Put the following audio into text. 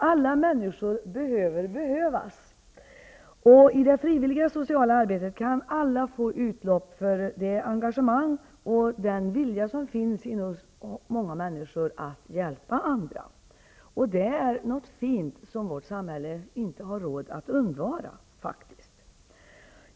Alla människor behöver behövas, och i det frivilliga sociala arbetet kan alla få utlopp för det engagemang och den vilja som finns inom många människor att hjälpa andra. Det är något fint som vårt samhälle faktiskt inte har råd att undvara.